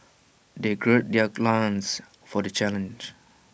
they gird their loins for the challenge